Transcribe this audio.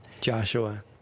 Joshua